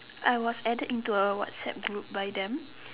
I was added into a Whatsapp group by them